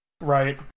Right